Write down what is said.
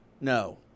No